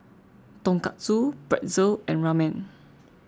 Tonkatsu Pretzel and Ramen